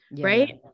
right